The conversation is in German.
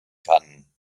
kann